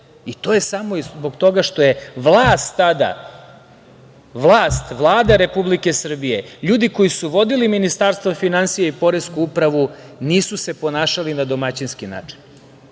i to je samo i zbog toga što je vlast tada, vlast, Vlada Republike Srbije, ljudi koji su vodili Ministarstvo finansija i Poresku upravu nisu se ponašali na domaćinski način.